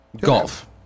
Golf